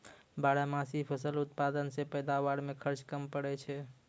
बारहमासी फसल उत्पादन से पैदावार मे खर्च कम पड़ै छै